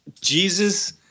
Jesus